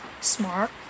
smart